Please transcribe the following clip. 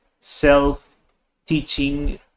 self-teaching